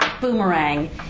boomerang